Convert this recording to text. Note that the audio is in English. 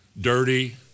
dirty